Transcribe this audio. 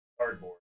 cardboard